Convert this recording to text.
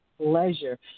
pleasure